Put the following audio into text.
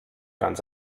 ganz